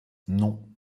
non